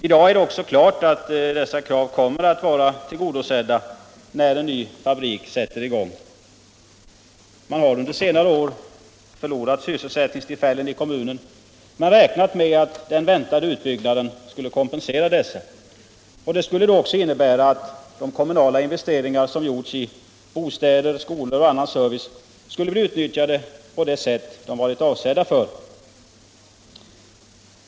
I dag är det också klart att dessa krav kommer att vara tillgodosedda när en ny fabrik sätter i gång. Man har under senare år förlorat sysselsättningstillfällen i kommunen men räknat med att den väntade utbyggnaden skulle kompensera dessa. Det skulle då också innebära att de kommunala investeringar som gjorts i bostäder, skolor och annan service skulle bli utnyttjade på det sätt de varit avsedda för.